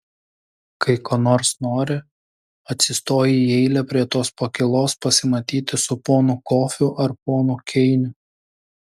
kai ko nors nori atsistoji į eilę prie tos pakylos pasimatyti su ponu kofiu ar ponu keiniu